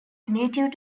native